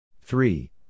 Three